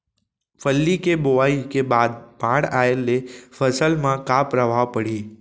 फल्ली के बोआई के बाद बाढ़ आये ले फसल मा का प्रभाव पड़ही?